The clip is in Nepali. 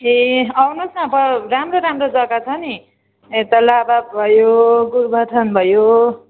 ए आउनुहोस् न ब राम्रो राम्रो जग्गा छ नि यता लाभा भयो गोरुबथान भयो